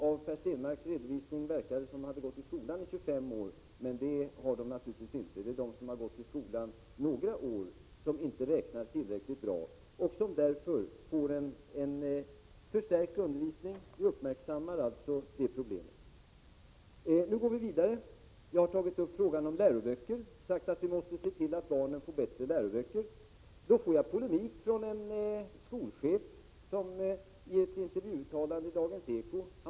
Av Per Stenmarcks redovisning verkar det som om dessa barn har gätt i skolan i 25 år, men det — Prot. 1987/88:22 har de naturligtvis inte gjort. Det gäller de barn som har gått i skolan endast — 12 november 1987 några år och som inte räknar tillräckligt bra och som därför får en förstärkt. mäomaomeoma mn, undervisning. Vi har alltså uppmärksammat problemet. Nu går vi vidare. Jag har tagit upp frågan om läroböcker och jag har sagt att vi måste se till att barnen får bättre sådana. Då har jag fått polemik från en skolchefi ett intervjuuttalande i Dagens Eko.